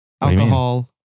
alcohol